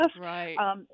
right